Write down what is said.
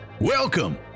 welcome